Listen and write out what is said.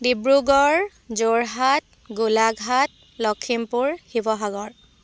Dibrugarh Jorhat Golaghat Lakhimpur Sivasagar